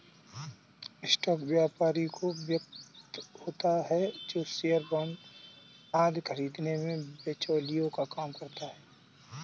stock व्यापारी वो व्यक्ति होता है जो शेयर बांड आदि खरीदने में बिचौलिए का काम करता है